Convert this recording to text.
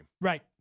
Right